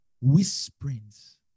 whisperings